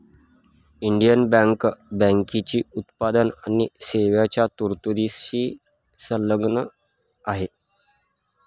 Indian Bank बँकेची उत्पादन आणि सेवांच्या तरतुदींशी संलग्न आहे